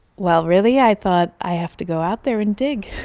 well really, i thought i have to go out there and dig.